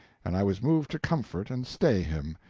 and i was moved to comfort and stay him.